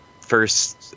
first